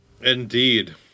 Indeed